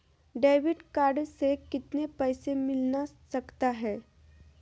Debit card से कितने पैसे मिलना सकता हैं?